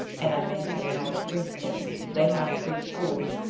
and, i may say, in all the free states, they have free schools,